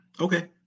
Okay